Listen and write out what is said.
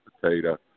potato